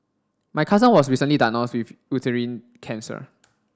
my cousin was recently diagnosed with uterine cancer